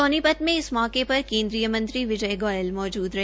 सोनीपत से इस मौके पर केन्द्रीय मंत्री विजय गोयल मौजूद रहे